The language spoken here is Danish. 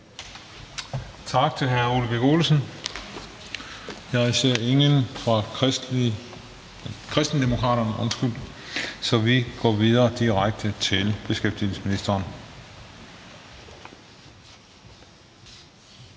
Tak til hr. Ole Birk Olesen. Jeg ser ingen fra Kristendemokraterne, så vi går videre direkte til beskæftigelsesministeren.